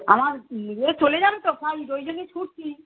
আমার ইয়ে চলে যাবে তো ফ্লাইট ওই জন্যে ছুটছি